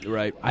right